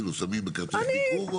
שמים בכרטיס ביקור?